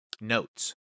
Notes